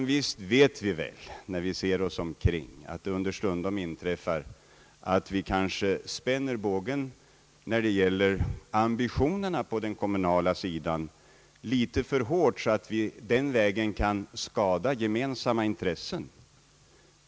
Visst vet vi väl, när vi ser oss omkring, att det understundom inträffar att vi spänner bågen när det gäller ambitionerna på den kommunala sidan litet för hårt, så att vi kan skada gemensamma intressen.